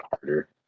harder